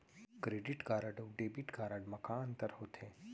Credit card अऊ debit card मा का अंतर होथे?